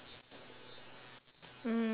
mm